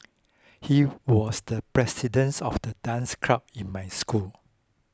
he was the presidents of the dance club in my school